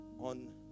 on